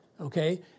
Okay